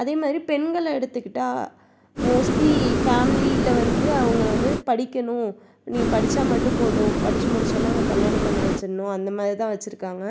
அதே மாதிரி பெண்களை எடுத்துகிட்டால் மோஸ்ட்லி ஃபேம்லியில வந்து அவங்கள வந்து படிக்கணும் நீ படிச்சால் மட்டும் போதும் படிச்சு முடிச்சோனே உனக்கு கல்யாணம் பண்ணி வச்சுடுனும் அந்த மாதிரி தான் வச்சுருக்காங்க